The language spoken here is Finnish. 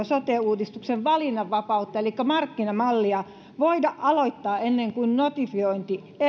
sote uudistuksen valinnanvapautta elikkä markkinamallia voida aloittaa ennen kuin notifiointi